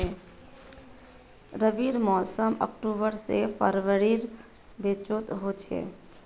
रविर मोसम अक्टूबर से फरवरीर बिचोत होचे